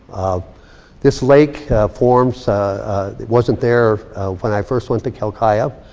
this lake form so wasn't there when i first went to quelccaya.